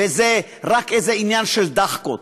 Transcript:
וזה רק איזה עניין של דאחקות.